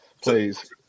please